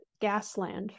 Gasland